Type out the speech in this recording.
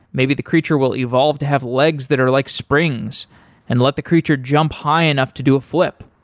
maybe the creature will evolve to have legs that are like springs and let the creature jump high enough to do a flip.